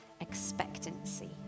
expectancy